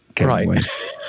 right